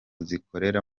zikorera